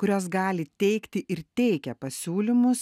kurios gali teikti ir teikia pasiūlymus